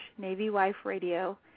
navywiferadio